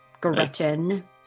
Gretchen